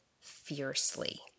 fiercely